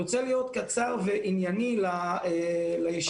אני רוצה לדבר בקצרה ובאופן ענייני בישיבה הזאת.